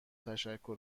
تشکر